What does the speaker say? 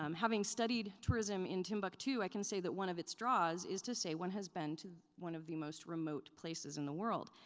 um having studied tourism in timbuktu, i can say that one of its draws is to say one has been to one of the most remote places in the world,